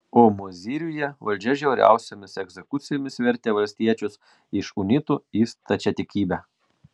o mozyriuje valdžia žiauriausiomis egzekucijomis vertė valstiečius iš unitų į stačiatikybę